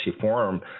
Forum